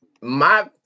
my-